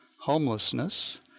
homelessness